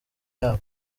yabo